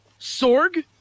Sorg